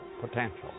potential